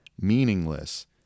Meaningless